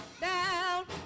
down